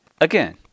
Again